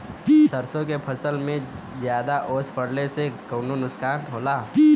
सरसों के फसल मे ज्यादा ओस पड़ले से का नुकसान होला?